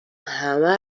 همه